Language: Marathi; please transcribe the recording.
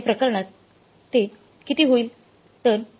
या प्रकरणात ते किती होणार होईल